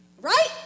right